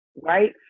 Right